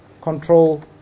control